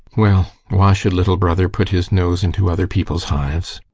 well, why should little brother put his nose into other people's hives?